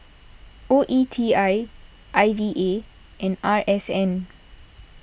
O E T I I D A and R S N